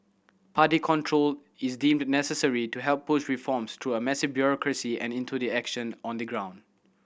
party control is deemed necessary to help push reforms through a massive bureaucracy and into the action on the ground